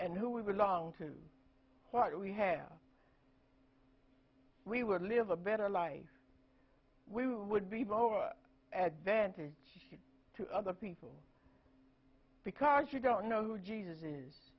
and who we belong to what we have we would live a better life we would be over advantage to other people because you don't know who jesus is